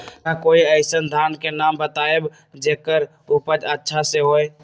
का कोई अइसन धान के नाम बताएब जेकर उपज अच्छा से होय?